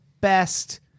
best